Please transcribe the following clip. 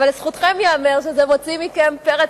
אבל לזכותכם ייאמר שזה מוציא מכם פרץ